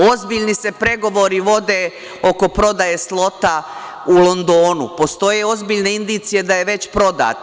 Ozbiljni se pregovori vode oko prodaje slota u Londonu, postoje ozbiljne indicije da je već prodat.